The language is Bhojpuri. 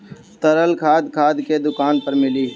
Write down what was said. तरल खाद खाद के दुकान पर मिली